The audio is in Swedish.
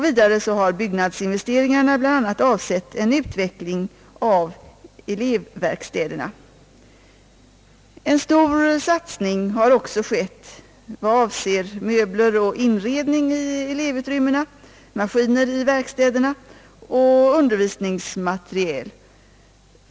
Vidare har byggnadsinvesteringarna bl.a. avsett en utveckling av elevverkstäderna. En stor satsning har även skett på möbler och inredning i elevutrymmena, maskiner i verkstäderna och undervisningsmateriel.